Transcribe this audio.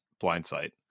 blindsight